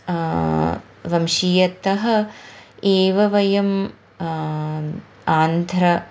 वंशीयात् एव वयम् आन्ध्र